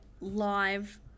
live